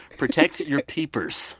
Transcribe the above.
protect your pea-pers